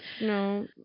No